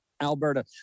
Alberta